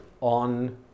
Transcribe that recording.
on